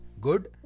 good